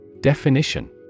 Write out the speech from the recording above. Definition